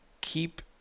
keep